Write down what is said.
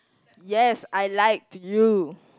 yes I like you